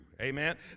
amen